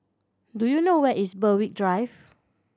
do you know where is Berwick Drive